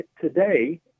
Today